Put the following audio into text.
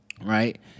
right